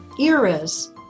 eras